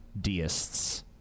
deists